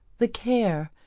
the care,